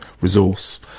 resource